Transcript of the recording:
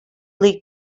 league